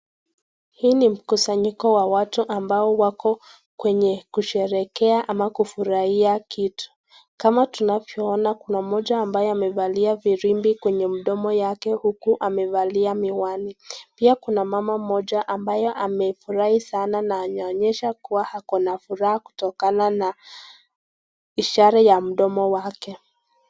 Hii ni mkusanyiko wa watu ambao wako kwenye kusherekea ama kufurahia kitu. Kama tunavyo ona kuna moja ambaye amevalia firimbi kwenye mdomo yake huku amevalia miwani. Pia kuna mama moja ambaye amefurahi sana na anaonyesha kuwa ako na furaha kutokana na ishara ya mdomo wake.